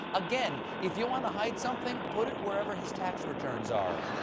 again, if you want to hide something put it wherever his tax returns are.